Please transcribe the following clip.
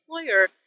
employer